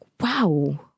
wow